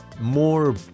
more